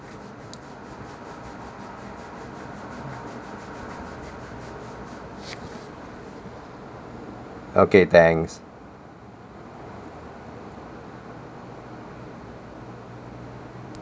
okay thanks